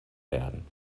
werden